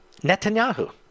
Netanyahu